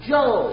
Joe